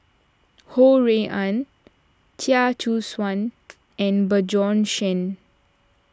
Ho Rui An Chia Choo Suan and Bjorn Shen